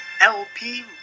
LP